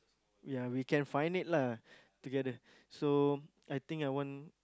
ya we can find it lah together so I think I want